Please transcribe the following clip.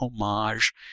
homage